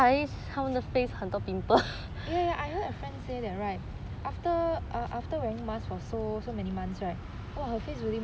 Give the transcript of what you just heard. ya ya I heard a friend say that right after after wearing masks for so so many months right !wah! her face really